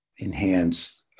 enhance